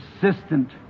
persistent